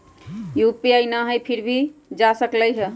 UPI न हई फिर भी जा सकलई ह?